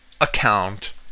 account